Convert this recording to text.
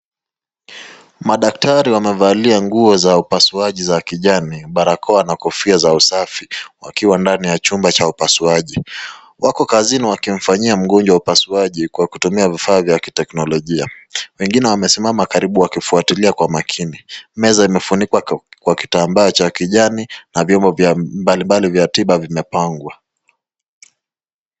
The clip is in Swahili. Madaktari wamevalia nguo za upasuaji za kijani, barakoa na kofia za usafi wakiwa ndani ya chumba cha upasuaji. Wako kazini wakimfanyia mgonjwa upasuaji kwa kutumia vifaa vya kiteknologia. Wengine wamesimama karibu wakifuatilia kwa umakini. Meza imefunikwa kwa kitambaa cha kijani na vyombo mbali mbali vya tiba vimepangwa.